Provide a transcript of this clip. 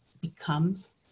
becomes